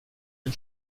den